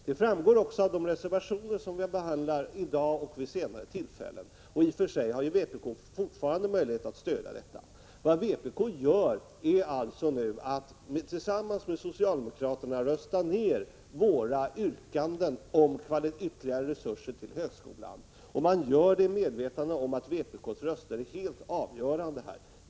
Det framgår också av de reservationer som vi behandlar i dag och kommer att behandla senare. I och för sig har vpk fortfarande möjlighet att stödja dessa. Vad vpk gör är alltså att tillsammans med socialdemokraterna rösta ner våra yrkanden om ytterligare resurser till högskolan. Man gör det i medvetande om att vpk:s röster är helt avgörande.